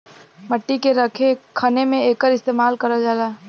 मट्टी के खने में एकर इस्तेमाल करल जाला